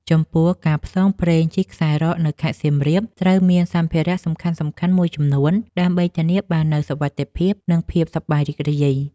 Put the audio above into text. ចំពោះ ការផ្សងព្រេងជិះខ្សែរ៉កនៅខេត្តសៀមរាបត្រូវមានសម្ភារៈសំខាន់ៗមួយចំនួន ដើម្បីធានាបាននូវសុវត្ថិភាព និងភាពសប្បាយរីករាយ។